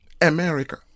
America